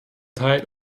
teil